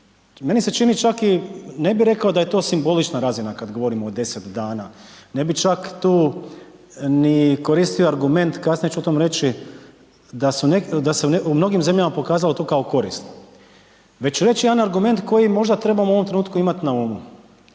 Meni se čini čak i, ne bi rekao da je to simbolična razina kad govorimo o deset dana, ne bi čak tu ni koristio argument, kasnije ću o tom reći, da se u mnogim zemljama pokazalo to kao korisno, već reći jedan argument koji možda trebamo u ovom trenutku imati na umu,